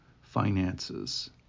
finances